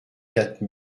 quatre